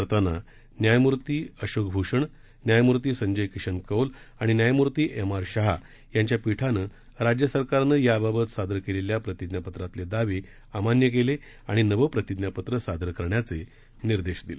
करताना न्यायमूर्ती अशोक भूषण केलेल्या या खटल्याची सुनावणी न्यायमूर्ती संजय किशन कौल आणि न्यायमूर्ती एम आर शहा यांच्या पीठानं राज्य सरकारनं याबाबत सादर केलेल्या प्रतिज्ञापत्रातले दावे अमान्य केले आणि नवं प्रतिज्ञापत्र सादर करण्याचे निर्देश दिले